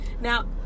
Now